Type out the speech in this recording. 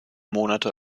monate